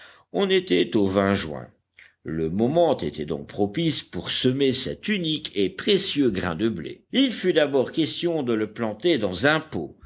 on était au juin le moment était donc propice pour semer cet unique et précieux grain de blé il fut d'abord question de le planter dans un pot